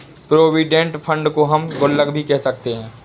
provident fund को हम गुल्लक भी कह सकते हैं